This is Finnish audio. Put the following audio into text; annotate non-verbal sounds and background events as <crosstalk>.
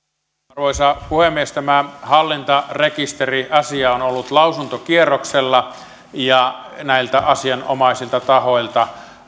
arvoisa puhemies tämä hallintarekisteriasia on ollut lausuntokierroksella ja näiltä asianomaisilta tahoilta <unintelligible>